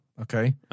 okay